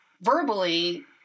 verbally